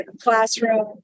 classroom